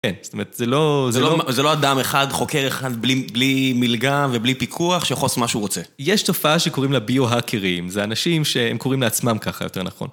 כן, זאת אומרת, זה לא אדם אחד, חוקר אחד, בלי מליגה ובלי פיקוח, שיכול לעשות משהו הוא רוצה. יש תופעה שקוראים לה ביו-האקרים, זה אנשים שהם קוראים לעצמם ככה, יותר נכון.